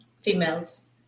Females